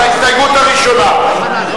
על ההסתייגות הראשונה.